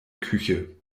küche